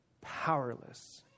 powerless